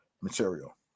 material